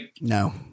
No